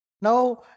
Now